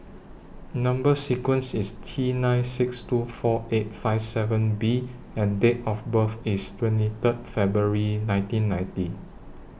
Number sequence IS T nine six two four eight five seven B and Date of birth IS twenty Third February nineteen ninety